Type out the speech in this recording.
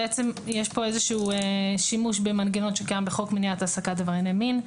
יש פה איזשהו שימוש במנגנון שקיים בחוק מניעת העסקת עברייני מין,